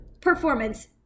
performance